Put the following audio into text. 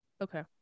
Okay